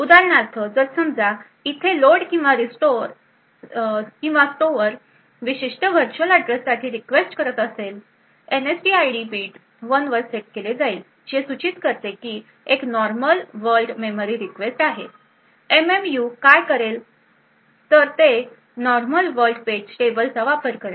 उदाहरणार्थ जर समजा इथे लोड किंवा स्टोअर विशिष्ट व्हर्च्युअल अँड्रेससाठी रिक्वेस्ट करत असेल एनएसटीआयडी बिट 1 वर सेट केले जाईल जे सूचित करते की ही एक नॉर्मल वर्ल्ड मेमरी रिक्वेस्ट आहे एमएमयू काय करेल ते नॉर्मल वर्ल्ड पेज टेबलचा वापर करेल